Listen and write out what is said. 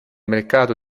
mercato